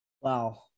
wow